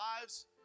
lives